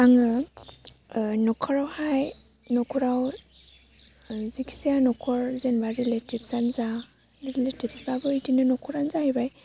आङो न'खरावहाय न'खराव जेखिजाया न'खर जेनेबा रिलेटिबसआनो जा रिलेटिबबाबो बिदिनो न'खरआनो जाहैबाय